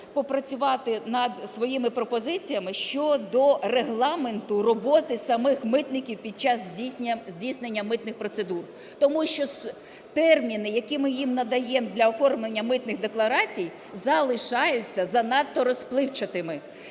попрацювати над своїми пропозиціями щодо регламенту роботи самих митників під час здійснення митних процедур. Тому що терміни, які ми їм надаємо для оформлення митних декларацій, залишаються занадто розпливчатими.